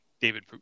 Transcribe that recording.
David